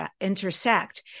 intersect